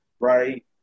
right